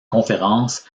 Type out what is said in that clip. conférence